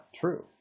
true